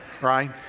right